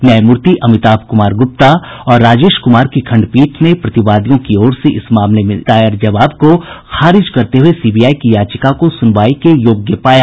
न्यायमूर्ति अमिताभ कुमार गुप्ता और राजेश कुमार की खंडपीठ ने प्रतिवादियों की ओर से इस मामले में दायर जवाब को खारिज करते हुये सीबीआई की याचिका को सुनवाई के योग्य पाया